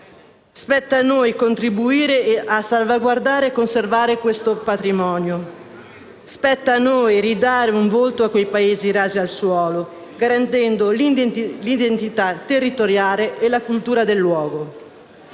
Spetta a noi contribuire a salvaguardare e conservare quel patrimonio. Spetta a noi ridare un volto a quei paesi rasi al suolo, garantendo l'identità territoriale e la cultura del luogo.